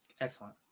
excellent